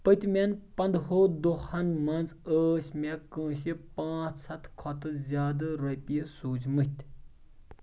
پٔتمٮ۪ن پَندہو دۄہن مَنٛز ٲسۍ مےٚ کٲنٛسہِ پانٛژھ ہَتھ کھۄتہٕ زِیٛادٕ رۄپیہِ سوٗزمٕتۍ